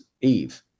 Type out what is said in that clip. Eve